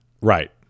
Right